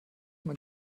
man